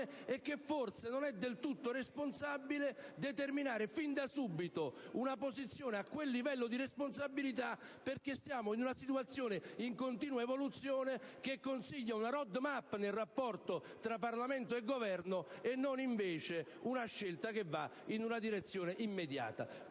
e che forse non è del tutto responsabile determinare fin da subito una posizione a quel livello di responsabilità, perché ci troviamo in una situazione in continua evoluzione, che consiglia una *road map* nel rapporto tra Parlamento e Governo anziché una scelta verso una direzione immediata.